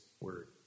word